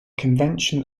convention